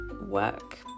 work